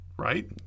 Right